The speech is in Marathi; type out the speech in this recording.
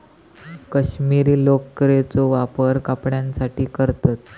कश्मीरी लोकरेचो वापर कपड्यांसाठी करतत